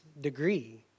Degree